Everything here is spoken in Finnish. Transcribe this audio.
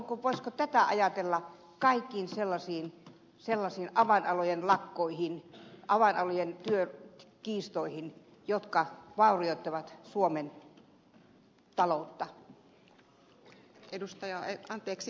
voisiko tätä ajatella kaikkiin sellaisiin avainalojen lakkoihin avoinalojen työkiistoihin jotka vaurioittavat suomen taloutta